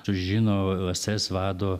sužino ss vado